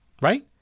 right